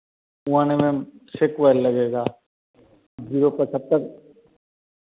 one M M छः coil लगेगा zero पच्छत्तर